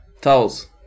Towels